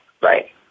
Right